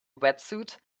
wetsuit